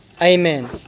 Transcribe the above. Amen